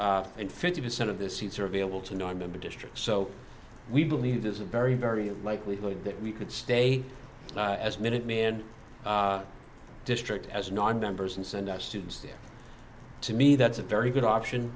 and fifty percent of the seats are available to nonmember districts so we believe there's a very very likelihood that we could stay as minuteman district as nonmembers and send us students there to me that's a very good option